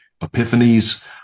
epiphanies